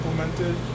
implemented